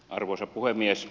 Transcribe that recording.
arvoisa puhemies